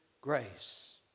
grace